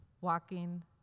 walking